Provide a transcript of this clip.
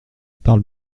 parle